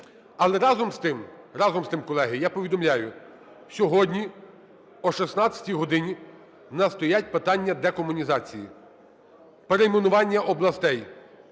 тим, разом з тим, колеги, я повідомляю, сьогодні о 16 годині в нас стоять питання декомунізації: перейменування областей